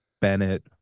Bennett